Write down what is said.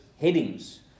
headings